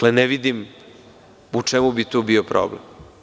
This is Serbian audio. Ne vidim u čemu bi tu bio problem.